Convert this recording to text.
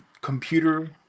computer